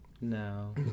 No